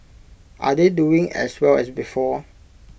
are they doing as well as before